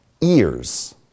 ears